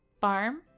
farm